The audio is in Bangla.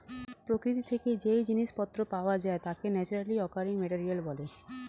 প্রকৃতি থেকে যেই জিনিস পত্র পাওয়া যায় তাকে ন্যাচারালি অকারিং মেটেরিয়াল বলে